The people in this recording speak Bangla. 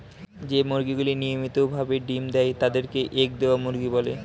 যেই মুরগিগুলি নিয়মিত ভাবে ডিম্ দেয় তাদের কে এগ দেওয়া মুরগি বলে